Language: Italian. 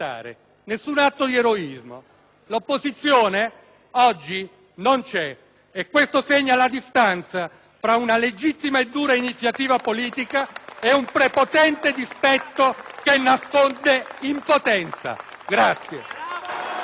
L'opposizione, oggi, non c'è: e questo segna la distanza tra una legittima e dura iniziativa politica e un prepotente dispetto che nasconde impotenza. *(Vivi,